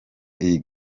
iyi